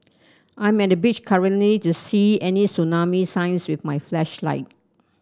I'm at the beach currently to see any tsunami signs with my flashlight